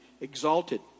exalted